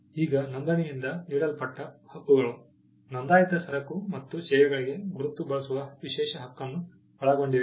ಈಗ ನೋಂದಣಿಯಿಂದ ನೀಡಲ್ಪಟ್ಟ ಹಕ್ಕುಗಳು ನೋಂದಾಯಿತ ಸರಕು ಮತ್ತು ಸೇವೆಗಳಿಗೆ ಗುರುತು ಬಳಸುವ ವಿಶೇಷ ಹಕ್ಕನ್ನು ಒಳಗೊಂಡಿವೆ